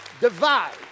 divide